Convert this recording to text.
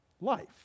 life